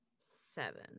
seven